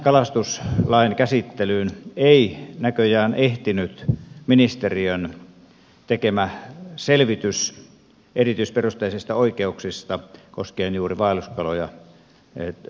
tähän kalastuslain käsittelyyn ei näköjään ehtinyt ministeriön tekemä selvitys erityisperusteisista oikeuksista koskien juuri vaelluskaloja tornionjoella